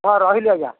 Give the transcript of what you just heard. ହଁ ରହିଲି ଆଜ୍ଞା